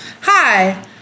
Hi